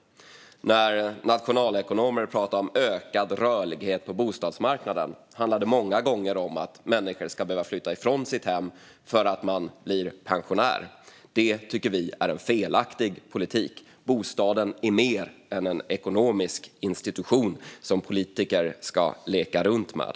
När nationalekonomer pratar om ökad rörlighet på bostadsmarknaden handlar det många gånger om att människor ska behöva flytta från sitt hem för att de blir pensionärer. Det tycker vi är en felaktig politik. Bostaden är mer än en ekonomisk institution som politiker ska leka runt med.